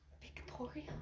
Victoria